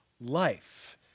life